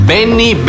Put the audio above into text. Benny